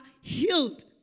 healed